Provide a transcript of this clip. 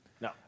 No